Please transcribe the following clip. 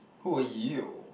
who are you